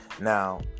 Now